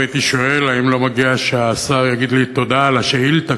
הייתי שואל האם לא מגיע שהשר יגיד לי תודה על השאילתה,